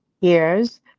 years